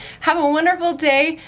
have a wonderful day,